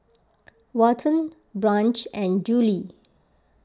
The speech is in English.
Walton Branch and Juli